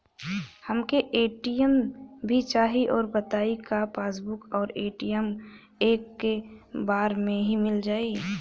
हमके ए.टी.एम भी चाही राउर बताई का पासबुक और ए.टी.एम एके बार में मील जाई का?